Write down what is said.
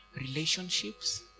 relationships